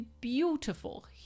beautiful